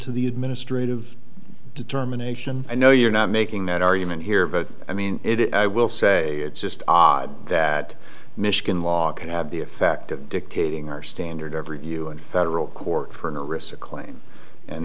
to the administrative determination i know you're not making that argument here but i mean it i will say it's just odd that michigan law can have the effect of dictating our standard of review in federal court for a receipt claim and